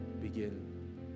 begin